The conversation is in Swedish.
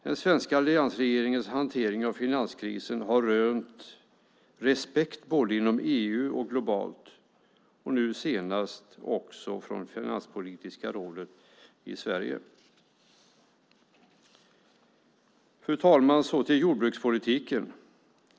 Den svenska alliansregeringens hantering av finanskrisen har rönt respekt både inom EU och globalt och nu senast också från Finanspolitiska rådet i Sverige. Fru talman! Låt mig gå över till jordbrukspolitiken.